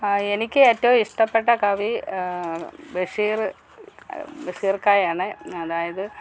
എനിക്ക് ഏറ്റവും ഇഷ്ടപ്പെട്ട കവി ബഷീർ ബഷീറിക്കായെ ആണ് അതായത്